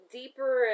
deeper